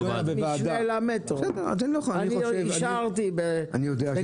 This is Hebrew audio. לא קשור, לא קשור, זה